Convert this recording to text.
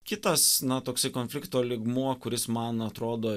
kitas na toksai konflikto lygmuo kuris man atrodo